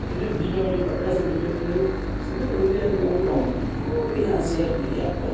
அதை மாரி தீபாவளி பட்டாசு வெடிக்கிறதுங்கிறது சின்ன குழந்தையா இருக்கவங்களுக்கு அவங்களுக்கு எவ்வளோ பெரிய ஆசையாக இருக்கும் இல்லையா ஏப்பா